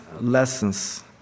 lessons